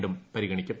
ും പരിഗണിക്കും